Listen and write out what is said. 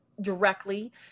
directly